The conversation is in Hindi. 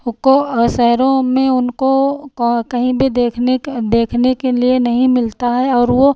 को शहरों में उनको को कहीं भी देखने क देखने के लिए नहीं मिलता है और वह